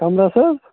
کَمرَس حظ